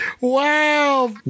Wow